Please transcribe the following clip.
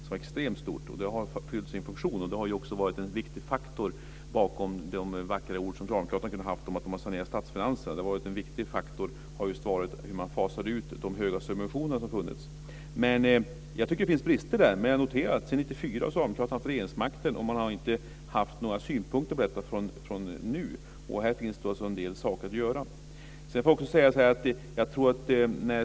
Danellsystemet har fyllt sin funktion och varit en viktig faktor bakom de vackra ord som socialdemokraterna har använt om att de sanerat statsfinanserna. En viktig faktor har varit utfasningen av de höga subventioner som funnits. Jag tycker alltså att det finns brister, men jag noterar att socialdemokraterna har haft regeringsmakten sedan 1994 och inte har haft några synpunkter på systemet förrän nu. Här finns en del saker att göra.